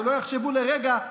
שלא יחשבו לרגע,